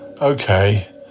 Okay